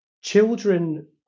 children